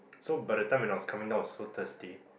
so by the time when I was coming down I was so thirsty